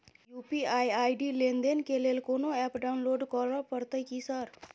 UPI ID लेनदेन केँ लेल कोनो ऐप डाउनलोड करऽ पड़तय की सर?